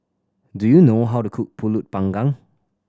do you know how to cook Pulut Panggang